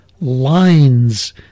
lines